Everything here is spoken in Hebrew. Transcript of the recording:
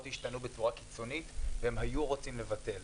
השתנו בצורה קיצונית והם היו רוצים לבטל.